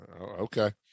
Okay